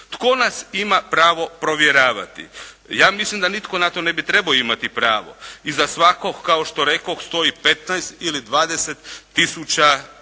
Tko nas ima pravo provjeravati? Ja mislim da nitko na to ne bi trebao imati pravo. Iza svakog, kao što rekoh, stoji 15 ili 20 tisuća